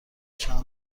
چند